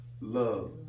Love